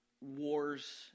wars